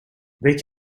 weet